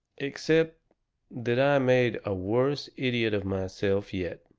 except that i made a worse idiot of myself yet,